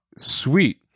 sweet